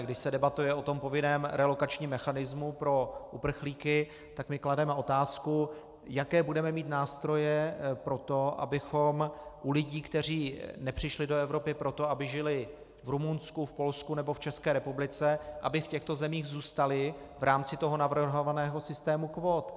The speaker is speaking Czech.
Když se debatuje o tom povinném relokačním mechanismu pro uprchlíky, tak my klademe otázku, jaké budeme mít nástroje pro to, abychom u lidí, kteří nepřišli do Evropy proto, aby žili v Rumunsku, v Polsku nebo v České republice, aby v těchto zemích zůstali v rámci toho navrhovaného systému kvót.